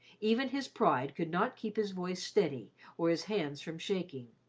even his pride could not keep his voice steady or his hands from shaking.